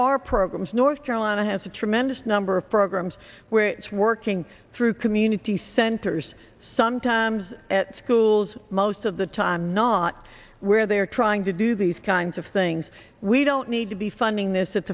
are programs north carolina has a tremendous number of programs where it's working through community centers sometimes at schools most of the time not where they're trying to do these kinds of things we don't need to be funding this